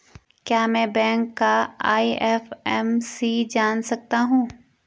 क्या मैं बैंक का आई.एफ.एम.सी जान सकता हूँ?